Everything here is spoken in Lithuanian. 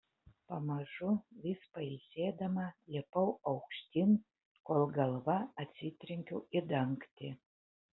pamažu vis pailsėdama lipau aukštyn kol galva atsitrenkiau į dangtį